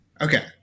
Okay